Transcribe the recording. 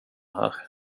här